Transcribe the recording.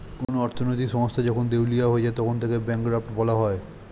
কোন অর্থনৈতিক সংস্থা যখন দেউলিয়া হয়ে যায় তখন তাকে ব্যাঙ্করাপ্ট বলা হয়